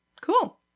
Cool